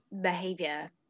behavior